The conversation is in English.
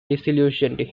disillusioned